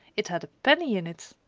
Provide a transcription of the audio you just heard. it had a penny in it!